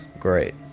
Great